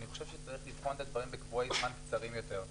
אני חושב שצריך לבחון את הדברים בקבועי זמן קצרים יותר,